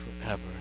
forever